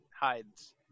hides